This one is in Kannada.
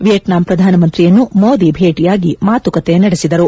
ವಿಯೆಟ್ನಾಂ ಪ್ರಧಾನ ಮಂತ್ರಿಯನ್ನು ಮೋದಿ ಭೇಟಿಯಾಗಿ ಮಾತುಕತೆ ನಡೆಸಿದರು